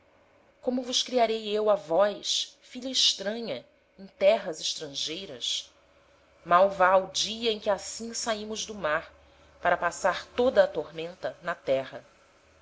como vos criarei eu a vós filha estranha em terras estrangeiras mal vá ao dia em que assim saimos do mar para passar toda a tormenta na terra